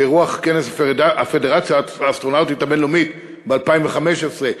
באירוח כנס הפדרציה האסטרונאוטית הבין-לאומית ב-2015,